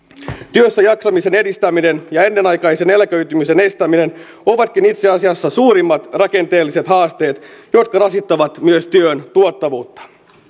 työssäjaksamisen edistäminen ja ennenaikaisen eläköitymisen estäminen ovatkin itse asiassa suurimmat rakenteelliset haasteet jotka rasittavat myös työn tuottavuutta